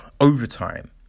Overtime